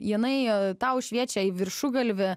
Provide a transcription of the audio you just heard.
jinai jau tau šviečia į viršugalvį